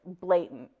blatant